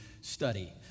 study